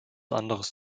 anderes